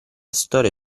storie